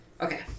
Okay